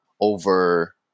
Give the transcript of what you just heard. over